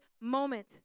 moment